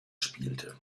spielte